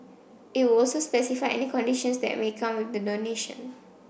it would also specify any conditions that may come with the donation